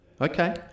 Okay